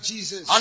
Jesus